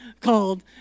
called